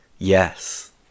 Yes